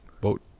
boat